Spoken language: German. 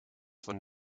von